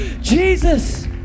Jesus